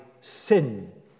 sin